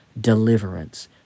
deliverance